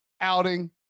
outing